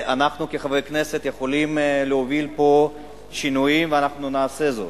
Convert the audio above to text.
אנחנו כחברי כנסת יכולים להוביל פה שינויים ואנחנו נעשה זאת.